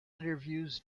interviews